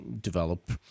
develop